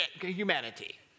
humanity